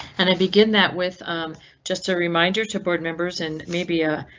and i begin that with just a reminder to board members and maybe a. ah,